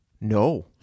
No